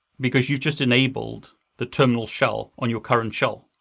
because you've just enabled the terminal shell on your current shell,